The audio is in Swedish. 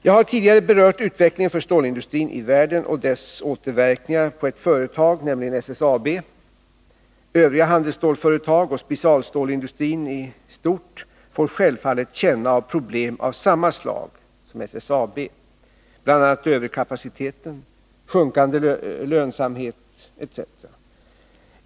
Jag har tidigare berört utvecklingen för stålindustrin i världen och dess återverkningar för ett företag, nämligen SSAB. Övriga handelsstålsföretag och specialstålsindustrin i stort får självfallet känna av problem av samma slag som SSAB, bl.a. överkapacitet, sjunkande lönsamhet etc.